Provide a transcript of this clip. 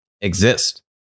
exist